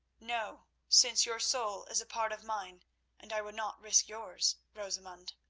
no since your soul is a part of mine and i would not risk yours, rosamund.